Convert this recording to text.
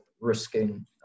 risking